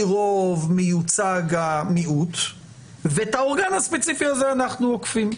רוב מיוצג המיעוט ואת האורגן הספציפי הזה אנחנו עוקפים.